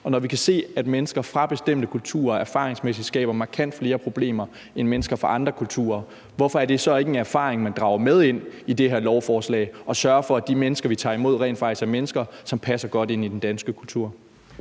Og når vi kan se, at mennesker fra bestemte kulturer erfaringsmæssigt skaber markant flere problemer end mennesker fra andre kulturer, hvorfor er det så ikke en erfaring, man drager med ind i det her lovforslag for at sørge for, at de mennesker, vi tager imod, rent faktisk er mennesker, som passer godt ind i den danske kultur?